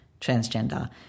transgender